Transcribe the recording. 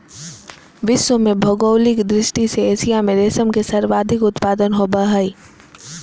विश्व में भौगोलिक दृष्टि से एशिया में रेशम के सर्वाधिक उत्पादन होबय हइ